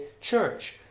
church